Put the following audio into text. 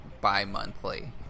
bi-monthly